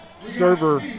server